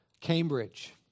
Cambridge